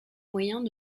moyen